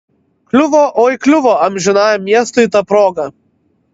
kliuvo oi kliuvo amžinajam miestui ta proga